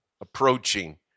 approaching